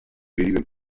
wenigen